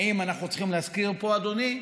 האם אנחנו צריכים להזכיר פה, אדוני,